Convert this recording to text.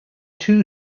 two